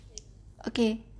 okay